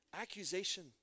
accusation